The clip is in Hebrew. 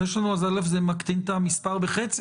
אז זה מקטין את המספר בחצי,